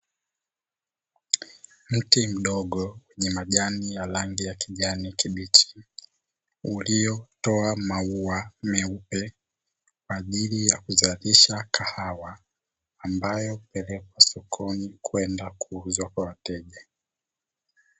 Mti mdogo wenye majani ya rangi ya kijani kibichi, ulio toa maua meupe, kwa ajili ya kuzalisha kahawa, ambayo hupelekwa sokoni kwenda kuuzwa kwa wateja.